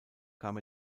kam